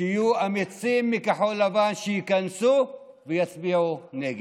שיהיו אמיצים מכחול לבן שייכנסו ויצביעו נגד.